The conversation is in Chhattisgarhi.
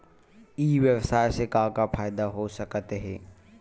ई व्यवसाय से का का फ़ायदा हो सकत हे?